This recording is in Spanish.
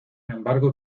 embargo